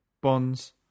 Bonds